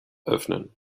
öffnen